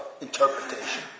interpretation